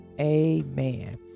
Amen